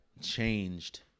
changed